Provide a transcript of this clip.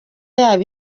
yabo